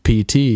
pt